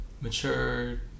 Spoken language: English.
mature